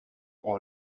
all